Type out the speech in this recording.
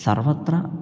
सर्वत्र